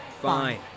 Fine